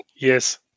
Yes